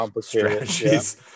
strategies